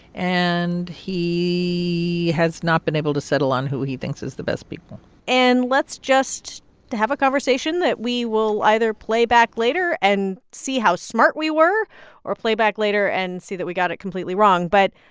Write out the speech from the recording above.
and he has not been able to settle on who he thinks is the best people and let's just have a conversation that we will either play back later and see how smart we were or play back later and see that we got it completely wrong, but